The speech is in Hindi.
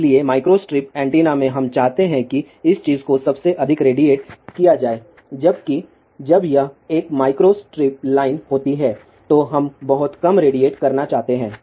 इसलिए माइक्रोस्ट्रिप एंटेना में हम चाहते हैं कि इस चीज को सबसे अधिक रेडिएट किया जाए जबकि जब यह एक माइक्रोस्ट्रिप लाइन होती है तो हम बहुत कम रेडिएट करना चाहते हैं